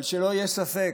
אבל שלא יהיה ספק,